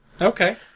Okay